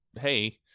hey